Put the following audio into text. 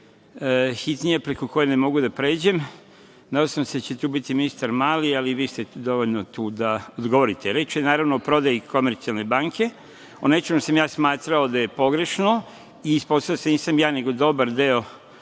hitnija preko koje ne mogu da pređem. Nadam se da će tu biti ministar Mali, ali i vi ste dovoljno tu da odgovorite. Reč je naravno o prodaji "Komercijalne banke", o nečemu što sam smatrao da je pogrešno i ispostavilo, nisam ja, nego i dobar deo